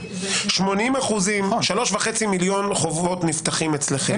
80%. 3,500,000 מיליון חובות נפתחים אצלכם.